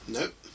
Nope